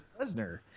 Lesnar